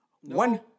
one